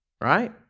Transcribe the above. right